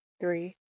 Three